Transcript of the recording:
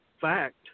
fact